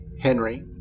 Henry